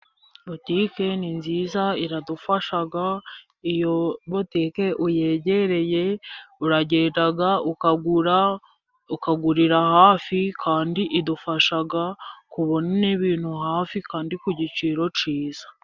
Butike ni nziza iradufasha, iyo butike uyegereye, uragenda ukagura, ukagurira hafi, kandi idufasha kubona ibintu hafi kandi ku giciro cyiza.